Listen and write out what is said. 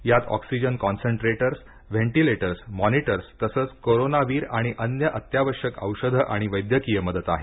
यात oxygen concentrators ventilators monitors तसचं कोरोनाविर आणि अन्य अत्यावश्यक औषधं आणि वैद्यकीय मदत आहे